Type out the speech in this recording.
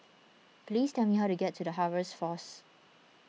please tell me how to get to the Harvest force